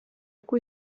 cui